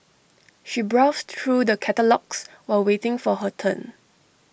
she browsed through the catalogues while waiting for her turn